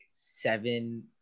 Seven